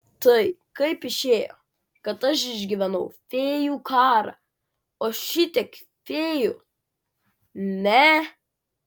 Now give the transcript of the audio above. tai kaip išėjo kad aš išgyvenau fėjų karą o šitiek fėjų ne